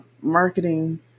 marketing